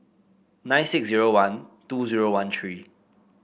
nine six zero one two zero one three